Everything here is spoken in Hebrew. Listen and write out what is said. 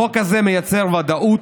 החוק הזה מייצר ודאות,